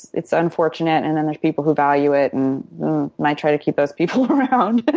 it's unfortunate. and then there's people who value it and and i try to keep those people around. but